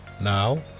now